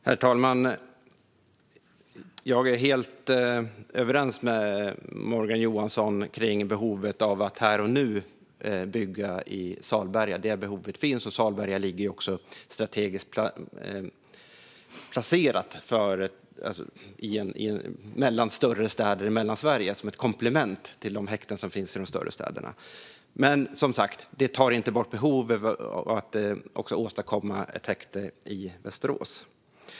Herr talman! Jag är helt överens med Morgan Johansson om behovet av att bygga i Salberga här och nu. Detta behov finns, och Salberga ligger strategiskt placerat mellan de större städerna i Mellansverige, som ett komplement till de häkten som finns i dessa städer. Men detta tar som sagt inte bort behovet av att åstadkomma ett häkte i Västerås.